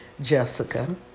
Jessica